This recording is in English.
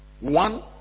one